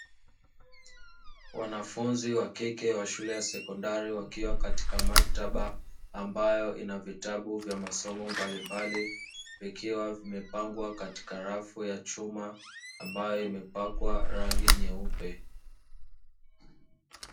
Wanafunzi wa kike wa shule ya sekondari, wakiwa katika maktaba ambayo ina vitabu vya masomo mbalimbali, vikiwa vimepangwa katika rafu ya chuma ambayo imepakwa rangi nyeupe.